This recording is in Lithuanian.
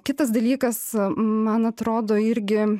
kitas dalykas man atrodo irgi